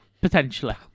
potentially